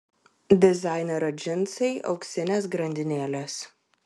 dizainerio džinsai auksinės grandinėlės